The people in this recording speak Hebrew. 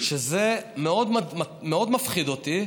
שזה מאוד מפחיד אותי,